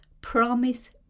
Promise